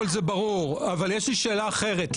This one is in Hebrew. יש לי שאלה שאחרת,